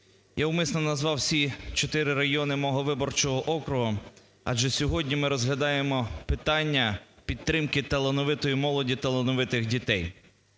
Я умисно назвав всі чотири райони мого виборчого округу, адже сьогодні ми розглядаємо питання підтримки талановитої молоді, талановитих дітей.